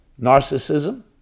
narcissism